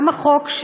גם החוק,